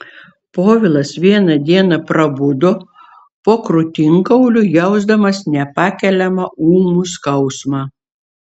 povilas vieną dieną prabudo po krūtinkauliu jausdamas nepakeliamą ūmų skausmą